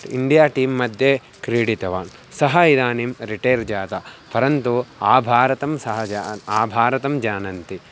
India टीं मध्ये क्रीडितवान् सः इदानीं रिटैर् जातः परन्तु आभारतं सः ज आभारतं जानन्ति